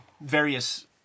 various